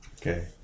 Okay